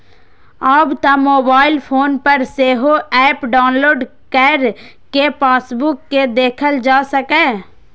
आब तं mobile phone पर सेहो एप डाउलोड कैर कें पासबुक कें देखल जा सकैए